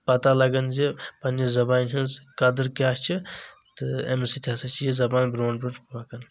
پتہ لگان زِ پننہِ زبانہِ ۂنٛز قدر کیٛاہ چھ تہٕ أمہِ سۭتۍ ہسا چھ یہِ زبان برونٛٹھ برونٛٹھ پکان